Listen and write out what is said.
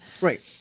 Right